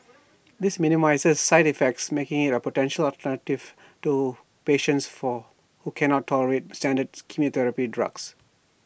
this minimises side effects making IT A potential alternative to patients for who cannot tolerate standard chemotherapy drugs